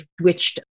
switched